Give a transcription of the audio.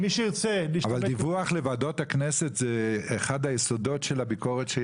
דיווח לוועדות הכנסת זה אחד היסודות של הביקורת.